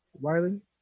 Wiley